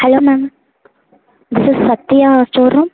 hello ma'am this is Sathya ஸ்டோரா